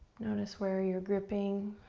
notice where you're gripping.